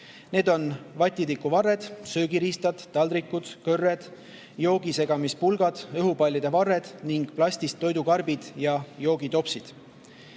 Need on vatitikuvarred, söögiriistad, taldrikud, kõrred, joogisegamispulgad, õhupallide varred ning plastist toidukarbid ja joogitopsid.